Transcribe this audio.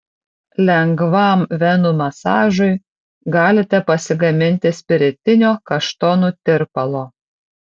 lengvam venų masažui galite pasigaminti spiritinio kaštonų tirpalo